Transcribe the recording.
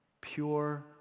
Pure